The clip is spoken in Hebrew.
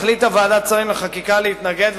החליטה ועדת שרים לחקיקה להתנגד,